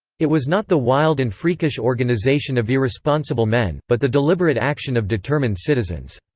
it was not the wild and freakish organization of irresponsible men, but the deliberate action of determined citizens.